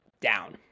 down